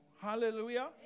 Hallelujah